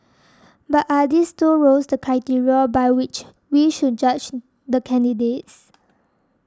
but are these two roles the criteria by which we should judge the candidates